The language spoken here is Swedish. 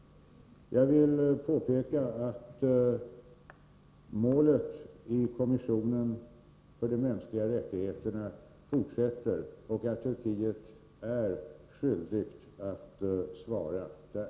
Jag vill påpeka att målet i europeiska kommissionen för de mänskliga rättigheterna fortsätter, och att Turkiet är skyldigt att svara där.